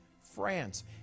France